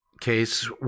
case